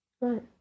right